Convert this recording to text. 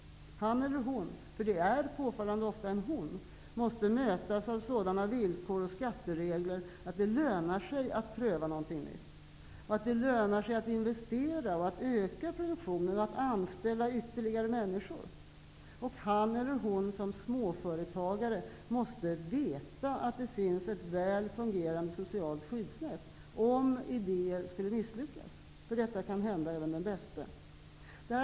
Han eller hon -- för det är påfallande ofta en hon -- måste mötas av sådana villkor och skatteregler att det lönar sig att pröva någonting nytt, att investera, att öka produktionen och att anställa ytterligare människor. Han eller hon måste som småföretagare veta att det finns ett väl fungerande socialt skyddsnät, om idéer skulle misslyckas. Det kan hända även den bäste.